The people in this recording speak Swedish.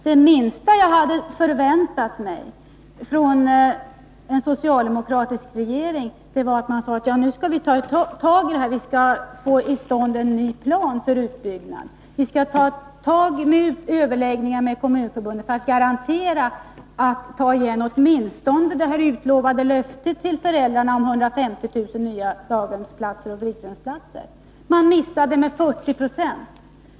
Det minsta jag hade förväntat mig av en socialdemokratisk regering var att man sade: Nu skall vi ta tag i detta och få till stånd en ny plan för utbyggnaden; vi skall ta upp överläggningar med Kommunförbundet för att garantera att vi kan uppfylla åtminstone löftet till föräldrarna om 150 000 nya daghemsplatser och fritidshemsplatser. Detta löfte missade man med 40 96.